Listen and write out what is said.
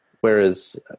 Whereas